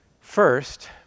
First